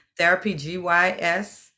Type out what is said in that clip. therapyGYS